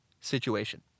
situation